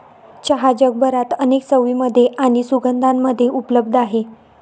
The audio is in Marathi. चहा जगभरात अनेक चवींमध्ये आणि सुगंधांमध्ये उपलब्ध आहे